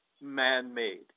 man-made